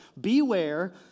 Beware